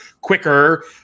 quicker